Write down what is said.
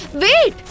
wait